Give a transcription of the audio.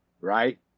Right